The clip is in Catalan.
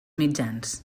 mitjans